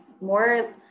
more